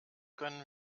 können